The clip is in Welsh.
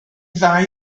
ddau